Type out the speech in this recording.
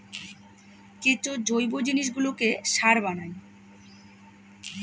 কেঁচো জৈব জিনিসগুলোকে সার বানায়